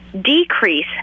decrease